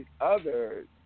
others